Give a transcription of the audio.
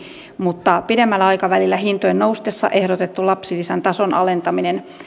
mutta pidemmällä aikavälillä hintojen noustessa ehdotettu lapsilisän tason alentaminen